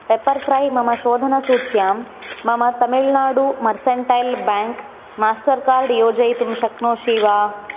pepper fry मम शोधनसूच्यां मम Tamil Nadu Mercantile Bank Mastercard योजयितुं शक्नोषि वा